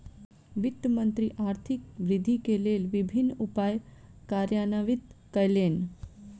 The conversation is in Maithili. वित्त मंत्री आर्थिक वृद्धि के लेल विभिन्न उपाय कार्यान्वित कयलैन